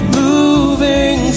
moving